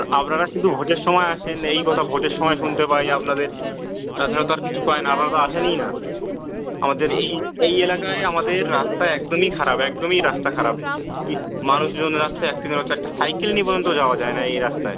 আপনা আপনারা কিন্তু ভোটের সমায় আসেন এই কথা ভোটের সমায় শুনতে পাই আপনাদের তাছাড়া তো আর কিছু পাই না আপনারা তো আসেনই না আমাদের এই এই এলাকায় আমাদের রাস্তা একদমই খারাপ একদমই রাস্তা খারাপ কী মানুষজন যাচ্ছে অ্যাক্সিডেন্ট হচ্ছে একটা সাইকেলে নিয়ে পর্যন্ত যাওয়া যায় না এই রাস্তায়